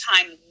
time